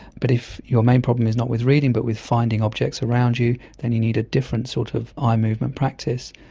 but if your main problem is not with reading but with finding objects around you, then you need a different sort of eye movement practice.